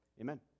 Amen